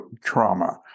trauma